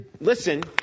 listen